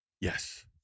yes